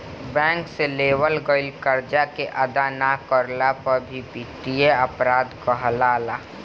bank से लेवल गईल करजा के अदा ना करल भी बित्तीय अपराध कहलाला